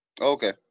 Okay